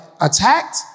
attacked